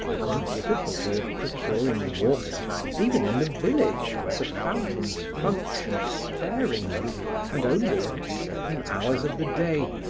and the difficulty of procuring water even in the village where the fountains functioned sparingly and only at certain hours of the day,